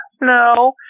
No